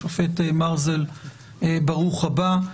השופט מרזל, ברוך הבא.